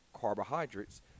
carbohydrates